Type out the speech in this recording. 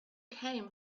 came